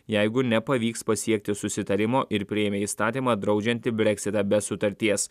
jeigu nepavyks pasiekti susitarimo ir priėmė įstatymą draudžiantį breksitą be sutarties